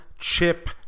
chip